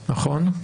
נעל"ה,